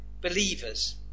believers